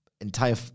entire